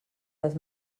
les